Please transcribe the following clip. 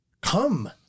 come